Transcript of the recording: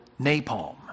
napalm